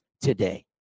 today